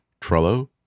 Trello